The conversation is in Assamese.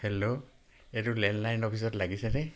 হেল্ল' এইটো লেণ্ডলাইন অফিচত লাগিছেনে